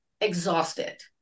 exhausted